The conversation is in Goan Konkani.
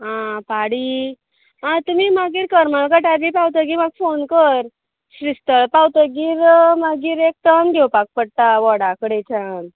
आं पाडी आं तुमी मागीर करमळ घाटार बी पावतगीर म्हाका फोन कर श्रीस्थळ पावतगीर मागीर एक टर्न घेवपाक पडटा वडा कडेच्यान